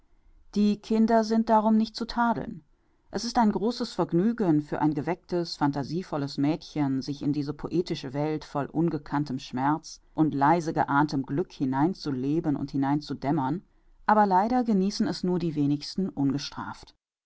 die kinder sind darum nicht zu tadeln es ist ein großes vergnügen für ein gewecktes phantasievolles mädchen sich in diese poetische welt voll ungekanntem schmerz und leise geahntem glück hinein zu leben und hinein zu dämmern aber leider genießen es nur die wenigsten ungestraft